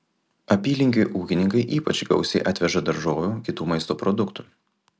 apylinkių ūkininkai ypač gausiai atveža daržovių kitų maisto produktų